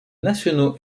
nationaux